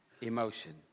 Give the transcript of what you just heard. emotion